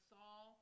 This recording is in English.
Saul